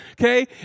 okay